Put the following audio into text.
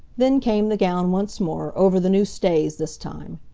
then came the gown once more, over the new stays this time.